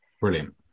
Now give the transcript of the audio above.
Brilliant